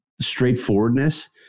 Straightforwardness